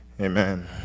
Amen